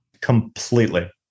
completely